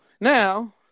now